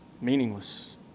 meaningless